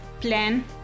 plan